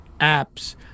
apps